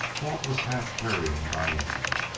walt was half carrying diane.